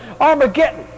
Armageddon